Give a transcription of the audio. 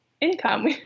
income